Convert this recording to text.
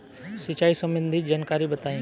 सिंचाई संबंधित जानकारी बताई?